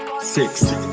Six